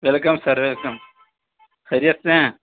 welcome sir welcome خیریت سے ہیں